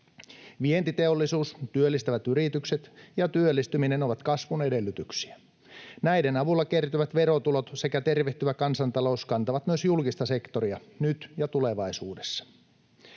Vientiteollisuus, työllistävät yritykset ja työllistyminen ovat kasvun edellytyksiä. Näiden avulla kertyvät verotulot sekä tervehtyvä kansantalous kantavat myös julkista sektoria nyt ja tulevaisuudessa.